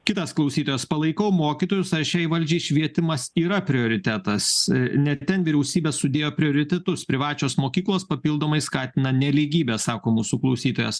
kitas klausytojas palaikau mokytojus ar šiai valdžiai švietimas yra prioritetas ne ten vyriausybė sudėjo prioritetus privačios mokyklos papildomai skatina nelygybę sako mūsų klausytojas